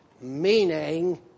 meaning